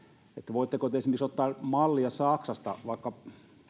voitteko te esimerkiksi ottaa mallia saksasta vaikka